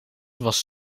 was